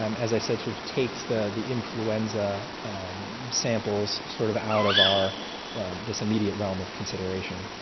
um as i said, sort of takes the the influenza samples sort of out of our this immediate realm of consideration.